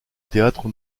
théâtre